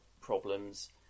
problems